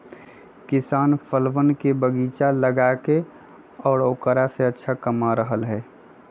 किसान फलवन के बगीचा लगाके औकरा से अच्छा कमा रहले है